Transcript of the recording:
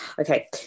Okay